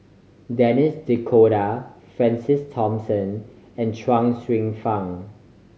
Denis D'Cotta Francis Thomas and Chuang Hsueh Fang